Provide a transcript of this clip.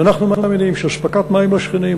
ואנחנו מאמינים שאספקת מים לשכנים,